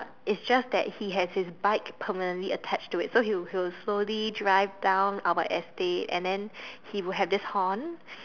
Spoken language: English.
it's just that he has his bike permanently attached to it so he will he will slowly drive down our estate and then he will have this Horn